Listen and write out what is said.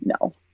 No